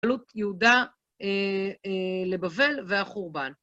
גלות יהודה לבבל והחורבן.